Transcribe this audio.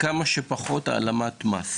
כמה שפחות העלמת מס.